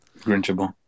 Grinchable